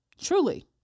Truly